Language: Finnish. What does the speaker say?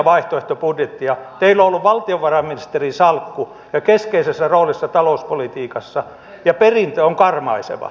teillä on ollut valtiovarainministerin salkku ja keskeinen rooli talouspolitiikassa ja perintö on karmaiseva